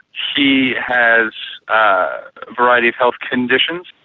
he has a variety of health conditions,